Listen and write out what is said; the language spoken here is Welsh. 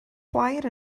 chwaer